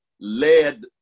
led